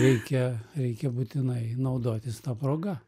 reikia reikia būtinai naudotis ta proga